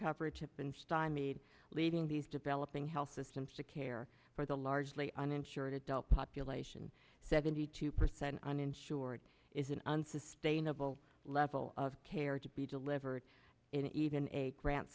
stymied leaving these developing health systems to care for the largely uninsured adult population seventy two percent uninsured is an unsustainable level of care to be delivered in even a grant